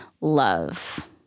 love